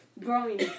growing